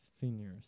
seniors